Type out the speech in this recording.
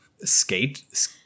skate